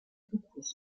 concours